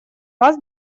вас